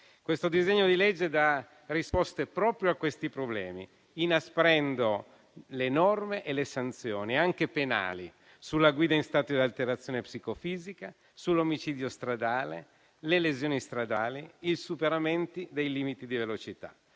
Questo disegno di legge dà risposte proprio a questi problemi, inasprendo le norme e le sanzioni, anche penali, sulla guida in stato di alterazione psicofisica, sull'omicidio stradale, le lesioni stradali, i superamenti dei limiti di velocità: